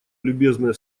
любезные